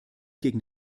gegen